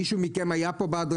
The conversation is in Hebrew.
מישהו מכם פה היה בהדרכה?